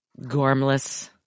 Gormless